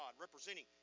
representing